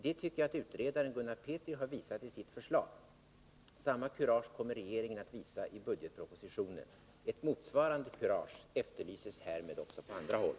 Det tycker jag att utredaren, Gunnar Petri, har visat i sitt förslag. Samma kurage kommer regeringen att visa i budgetpropositionen. Ett motsvarande kurage efterlyses härmed också på andra håll.